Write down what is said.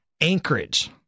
Anchorage